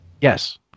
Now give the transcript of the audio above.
yes